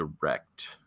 direct